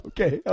Okay